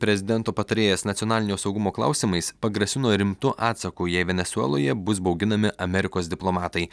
prezidento patarėjas nacionalinio saugumo klausimais pagrasino rimtu atsaku jei venesueloje bus bauginami amerikos diplomatai